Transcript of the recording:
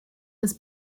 des